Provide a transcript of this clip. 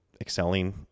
excelling